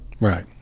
Right